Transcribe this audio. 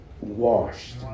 washed